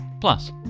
Plus